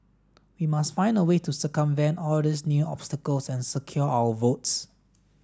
we must find a way to circumvent all these new obstacles and secure our votes